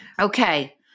Okay